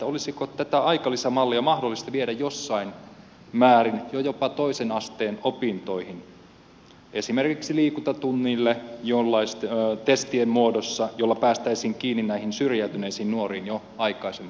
olisiko tätä aikalisä mallia mahdollista viedä jossain määrin jopa jo toisen asteen opintoihin esimerkiksi liikuntatunneille testien muodossa joilla päästäisiin kiinni näihin syrjäytyneisiin nuoriin jo aikaisemmassa vaiheessa